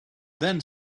then